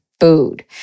food